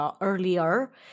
earlier